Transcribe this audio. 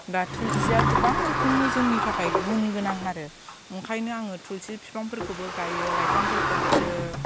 दा थुलसिया गोबां रोखोमनि जोंनि थाखाय गुन गोनां आरो ओंखायनो आङो थुलसि बिफांफोरखौबो गायो लाइफांफोरखौ आरो